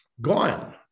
gone